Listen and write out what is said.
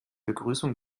begrüßung